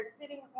sitting